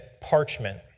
parchment